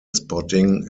spotting